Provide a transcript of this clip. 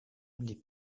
les